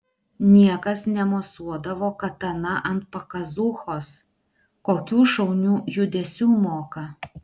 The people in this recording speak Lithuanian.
niekas nemosuodavo katana ant pakazūchos kokių šaunių judesių moka